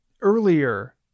earlier